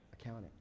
accounting